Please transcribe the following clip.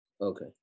Okay